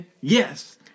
yes